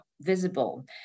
visible